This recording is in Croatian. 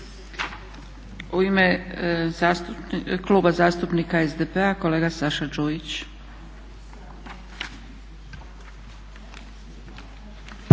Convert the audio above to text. U ime Kluba zastupnika SDP-a kolega Saša Đujić.